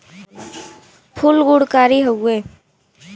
फूल गुणकारी हउवे